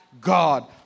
God